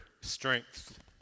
strength